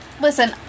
Listen